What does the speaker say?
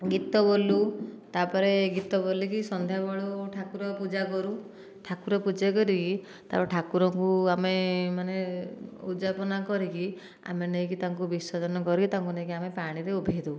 ଗୀତ ବୋଲୁ ତା'ପରେ ଗୀତ ବୋଲିକି ସନ୍ଧ୍ୟାବେଳୁ ଠାକୁର ପୂଜା କରୁ ଠାକୁର ପୂଜା କରିକି ତା'ପରେ ଠାକୁରଙ୍କୁ ଆମେ ମାନେ ଉଜ୍ଜାପନା କରିକି ଆମେ ନେଇକି ତାଙ୍କୁ ବିସର୍ଜନ କରିକି ତାଙ୍କୁ ନେଇକି ଆମେ ପାଣିରେ ଉଭାଇଦେଉ